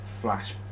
Flash